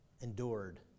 endured